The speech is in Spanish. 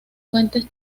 fuentes